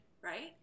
right